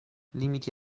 limiti